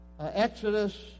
Exodus